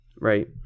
right